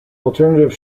alternative